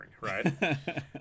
right